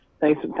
Thanks